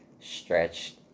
stretched